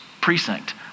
precinct